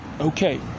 okay